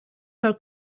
her